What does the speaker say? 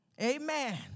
Amen